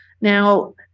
Now